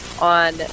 on